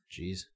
Jeez